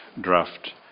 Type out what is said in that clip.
draft